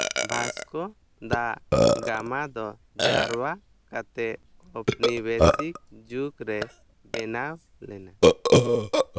ᱵᱷᱟᱥᱠᱚ ᱫᱟᱜ ᱜᱟᱢᱟ ᱫᱚ ᱡᱟᱨᱣᱟ ᱠᱟᱛᱮᱫ ᱩᱯᱱᱮᱵᱮᱥᱤᱠ ᱡᱩᱜᱽ ᱨᱮ ᱵᱮᱱᱟᱣ ᱞᱮᱱᱟ